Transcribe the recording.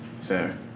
Fair